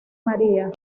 maría